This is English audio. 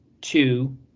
two